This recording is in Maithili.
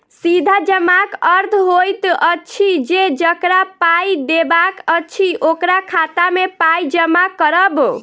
सीधा जमाक अर्थ होइत अछि जे जकरा पाइ देबाक अछि, ओकरा खाता मे पाइ जमा करब